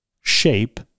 shape